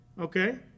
okay